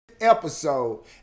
episode